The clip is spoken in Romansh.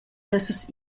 essas